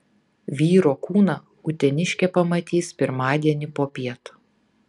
vyro kūną uteniškė pamatys pirmadienį popiet